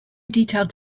detailed